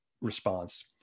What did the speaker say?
response